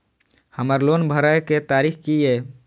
हमर लोन भरय के तारीख की ये?